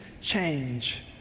change